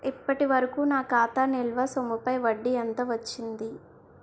ఇప్పటి వరకూ నా ఖాతా నిల్వ సొమ్ముపై వడ్డీ ఎంత వచ్చింది?